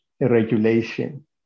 Regulation